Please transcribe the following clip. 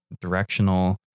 directional